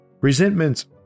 Resentments